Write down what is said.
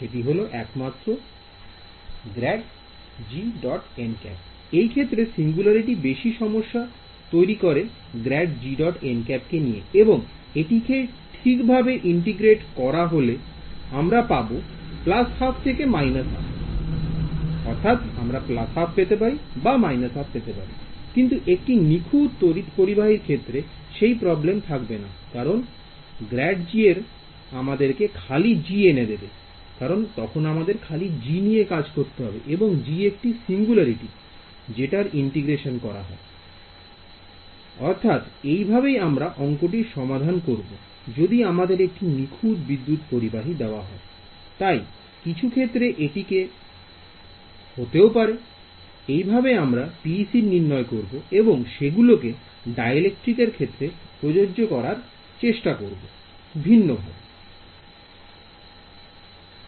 ∇g · nˆ I এই ক্ষেত্রে singularity বেশি সমস্যা তৈরি করে ∇g · nˆ কে নিয়ে এবং এটিকে ঠিকভাবে ইন্টিগ্রেট করা হলে আমরা পাব ½ বা − 12 I কিন্তু একটি নিখুঁত তড়িৎ পরিবাহীর ক্ষেত্রে সেই প্রবলেম থাকবেন কারণ ∇g এবং আমাদেরকে খালি g নিয়ে কাজ করতে হবে এবং g একটি সিঙ্গুলারিটি যেটার ইন্টিগ্রেশন করা যায় I অতএব এই ভাবেই আমরা অংকটির সমাধান করব যদি আমাদের একটি নিখুঁত বিদ্যুৎ পরিবাহী দেওয়া হয় I তাই কিছু ক্ষেত্রে এটিকে হতেও পারে I এইভাবে আমরা এদের PEC নির্ণয় করব এবং সেগুলিকে দাইইলেকট্রিক এর ক্ষেত্রে প্রযোজ্য করার চেষ্টা করব ভিন্নভাবে I